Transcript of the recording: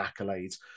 accolades